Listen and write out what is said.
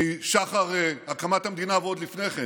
משחר הקמת המדינה ועוד לפני כן,